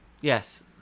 Yes